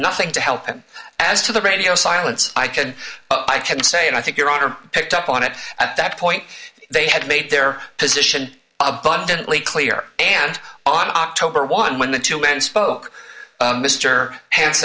nothing to help and as to the radio silence i can i can say and i think your honor picked up on it at that point they had made their position abundantly clear and on october one when the two men spoke mr ha